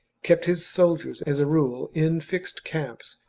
kept his soldiers, as a rule, in fixed camps,